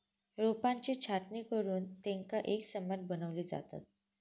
रोपांची छाटणी करुन तेंका एकसमान बनवली जातत